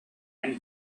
and